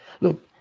look